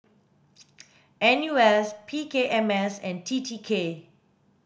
N U S P K M S and T T K